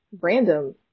Random